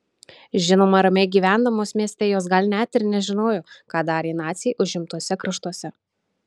žinoma ramiai gyvendamos mieste jos gal net ir nežinojo ką darė naciai užimtuose kraštuose